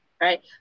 right